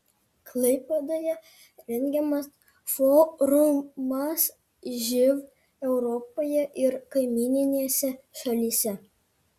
klaipėdoje rengiamas forumas živ europoje ir kaimyninėse šalyse